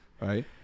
Right